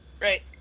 right